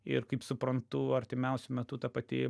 ir kaip suprantu artimiausiu metu ta pati